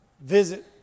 visit